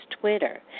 Twitter